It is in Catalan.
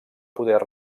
poder